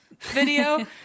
video